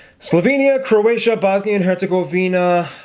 slovenia croatia bosnia and herzegovina,